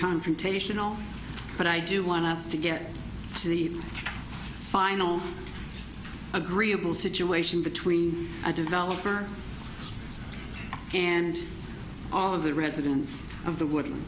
confrontational but i do want to get to the final agreeable situation between a developer and all of the residents